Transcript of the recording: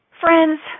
Friends